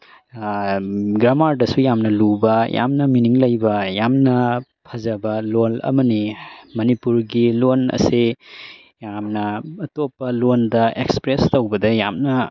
ꯒ꯭ꯔꯥꯃꯥꯔꯗꯁꯨ ꯌꯥꯝꯅ ꯂꯨꯕ ꯌꯥꯝꯅ ꯃꯤꯅꯤꯡ ꯂꯩꯕ ꯌꯥꯝꯅ ꯐꯖꯕ ꯂꯣꯜ ꯑꯃꯅꯤ ꯃꯅꯤꯄꯨꯔꯒꯤ ꯂꯣꯟ ꯑꯁꯦ ꯌꯥꯝꯅ ꯑꯇꯣꯞꯄ ꯂꯣꯟꯗ ꯑꯦꯛꯁꯄ꯭ꯔꯦꯁ ꯇꯧꯕꯗ ꯌꯥꯝꯅ